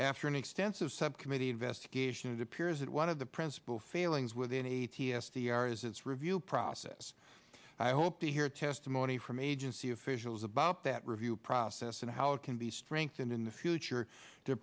after an extensive subcommittee investigation it appears that one of the principal failings within eighty s t r is its review process i hope to hear testimony from agency officials about that review process and how it can be strengthened in the future to